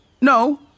No